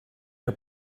ihr